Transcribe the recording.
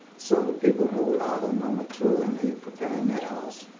so the people moved out of number two and they preparing that house,